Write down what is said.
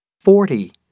forty